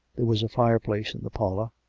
there was a fireplace in the parlour,